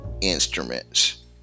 instruments